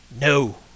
no